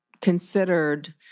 considered